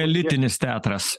elitinis teatras